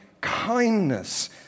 kindness